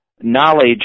knowledge